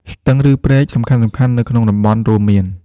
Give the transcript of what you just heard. ស្ទឹង ឬព្រែកសំខាន់ៗនៅក្នុងតំបន់រួមមាន: